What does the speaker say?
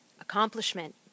Accomplishment